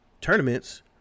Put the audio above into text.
tournaments